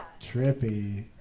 Trippy